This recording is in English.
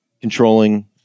controlling